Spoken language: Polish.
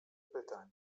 pytań